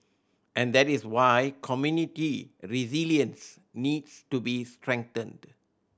and that is why community resilience needs to be strengthened